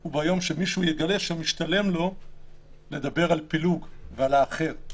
הוא ביום שמישהו יגלה שמשתלם לו לדבר על פילוג ועל האחר.